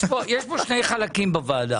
יש פה שני חלקים בוועדה,